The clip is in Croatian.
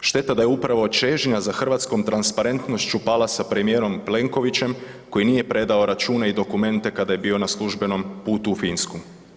Šteta da je upravo čežnja za hrvatskom transparentnošću pala sa premijerom Plenkovićem koji nije predao račune i dokumente kada je bio na službenom putu u Finsku.